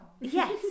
Yes